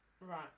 Right